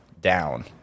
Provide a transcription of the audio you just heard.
down